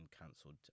cancelled